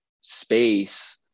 space